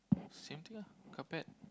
same thing ah carpet